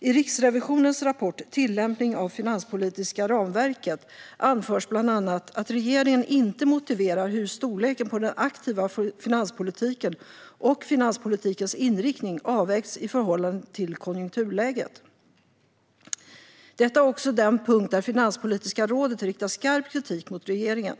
I Riksrevisionens rapport Tillämpning av det finanspolitiska ramverket anförs bland annat att regeringen inte motiverar hur storleken på den aktiva finanspolitiken och finanspolitikens inriktning avvägts i förhållande till konjunkturläget. Detta är också den punkt där Finanspolitiska rådet riktar skarp kritik mot regeringen.